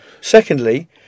Secondly